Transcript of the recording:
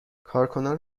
کارکنان